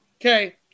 okay